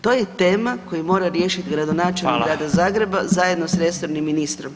To je tema koju mora riješit gradonačelnik Grada Zagreba zajedno s resornim ministrom.